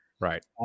Right